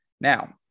Now